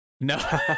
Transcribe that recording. no